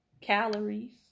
calories